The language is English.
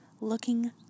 looking